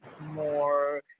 more